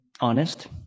honest